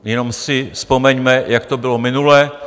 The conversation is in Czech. Jenom si vzpomeňme, jak to bylo minule.